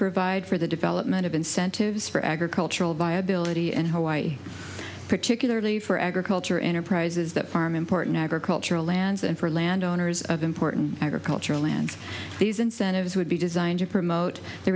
provide for the development of incentives for agricultural viability in hawaii particularly for agriculture enterprises that farm important agricultural lands and for land owners of important agricultural lands these incentives would be designed to promote the